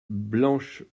blanche